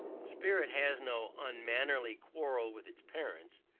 spirit has no unmannerly quarrel with its parents,